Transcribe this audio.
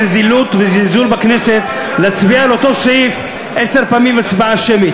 זה זילות וזלזול בכנסת להצביע על אותו סעיף עשר פעמים הצבעה שמית.